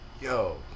yo